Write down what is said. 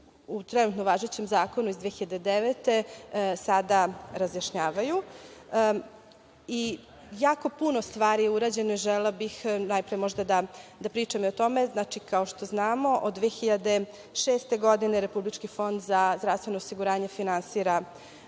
u trenutno važećem zakonu od 2009. godine sada razjašnjavaju. Jako puno stvari je urađeno. Želela bih najpre možda da pričam o tome. Kao što znamo od 2006. godine Republički fond za zdravstveno osiguranje finansira